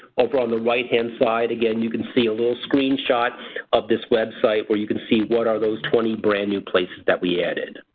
over um the right-hand side again you can see a little screenshot of this web site where you can see what are those twenty brand-new places that we added.